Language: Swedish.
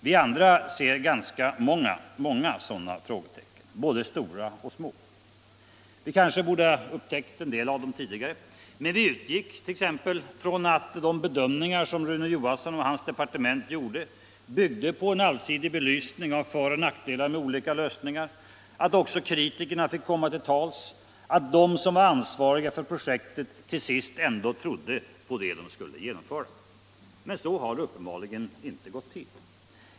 Vi andra ser ganska många sådana, både stora och små. Vi kanske borde ha upptäckt en del av dem tidigare. Men vi utgick t.ex. från att de bedömningar som Rune Johansson och hans departement gjorde byggde på en allsidig belysning av föroch nackdelar med olika lösningar, att också kritikerna fick komma till tals, att de som var ansvariga för projektet till sist ändå trodde på vad de skulle genomföra. Men så har det uppenbarligen inte gått till.